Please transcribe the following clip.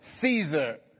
Caesar